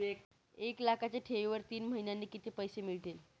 एक लाखाच्या ठेवीवर तीन महिन्यांनी किती पैसे मिळतील?